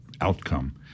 outcome